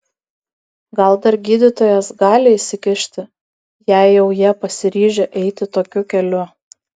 gal dar gydytojas gali įsikišti jei jau jie pasiryžę eiti tokiu keliu